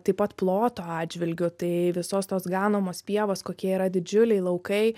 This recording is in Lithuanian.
taip pat ploto atžvilgiu tai visos tos ganomos pievos kokie yra didžiuliai laukai